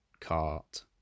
cart